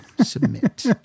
submit